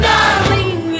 Darling